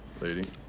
Lady